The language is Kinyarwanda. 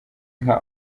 nka